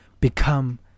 become